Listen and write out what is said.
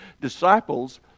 disciples